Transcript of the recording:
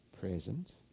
present